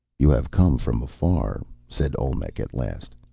you have come from afar, said olmec at last.